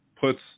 puts